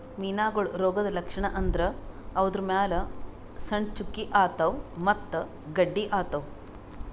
ಮೀನಾಗೋಳ್ ರೋಗದ್ ಲಕ್ಷಣ್ ಅಂದ್ರ ಅವುದ್ರ್ ಮ್ಯಾಲ್ ಸಣ್ಣ್ ಚುಕ್ಕಿ ಆತವ್ ಮತ್ತ್ ಗಡ್ಡಿ ಆತವ್